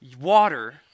water